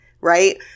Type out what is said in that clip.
right